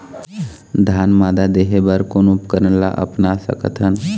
धान मादा देहे बर कोन उपकरण ला अपना सकथन?